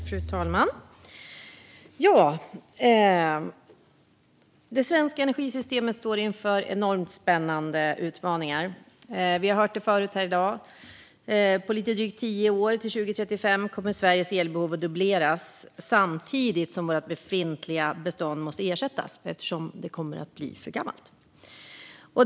Fru talman! Det svenska energisystemet står inför enormt spännande utmaningar, som vi har hört förut här i dag. På lite drygt tio år, till 2035, kommer Sveriges elbehov att dubbleras samtidigt som vårt befintliga bestånd måste ersättas då det kommer att bli för gammalt.